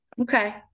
okay